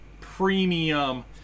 premium